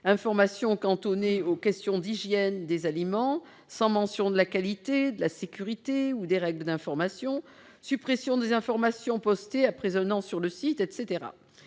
informations cantonnées aux questions d'hygiène des aliments, sans mention de la qualité, de la sécurité ou des règles d'information, suppression des informations postées après un an sur le site, etc.